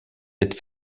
êtes